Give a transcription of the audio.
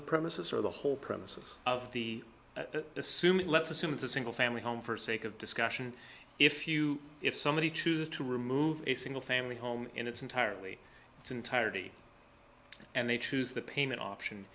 the premises or the whole premises of the assuming let's assume it's a single family home for sake of discussion if you if somebody chooses to remove a single family home in its entirely its entirety and they choose the payment option